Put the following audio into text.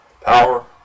Power